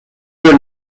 other